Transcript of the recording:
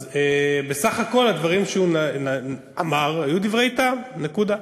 אז בסך הכול הדברים שהוא אמר היו דברי טעם, נקודה.